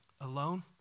alone